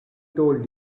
told